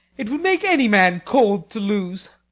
it would make any man cold to lose.